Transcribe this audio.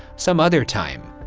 some other time.